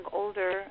older